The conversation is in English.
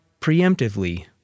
preemptively